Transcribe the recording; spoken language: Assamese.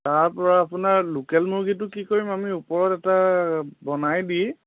তাৰপৰা আপোনাৰ লোকেল মুৰ্গীটো কি কৰিম আমি ওপৰত এটা বনাই দি